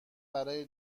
برای